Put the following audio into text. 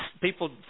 people